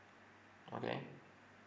okay